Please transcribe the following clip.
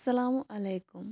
اَسَلامُ علیکُم